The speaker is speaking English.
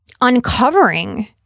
uncovering